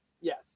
Yes